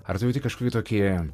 ar tu jauti kažkokį tokį